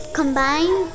combine